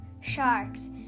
sharks